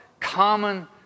common